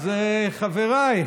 אז חבריי,